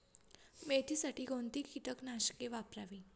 मेथीसाठी कोणती कीटकनाशके वापरावी?